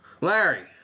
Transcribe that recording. Larry